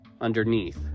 underneath